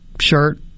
shirt